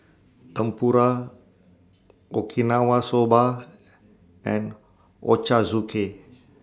Tempura Okinawa Soba and Ochazuke